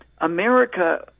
America